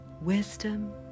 wisdom